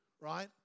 right